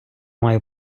маю